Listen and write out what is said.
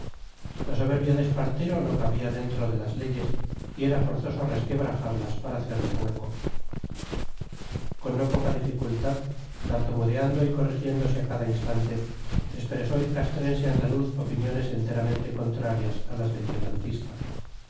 la soberbia de espartero no cabía dentro de las leyes y era forzoso resquebrajarlas para hacerle hueco con no poca dificultad tartamudeando y corrigiéndose a cada instante expresó el castrense andaluz opiniones enteramente contrarias a las del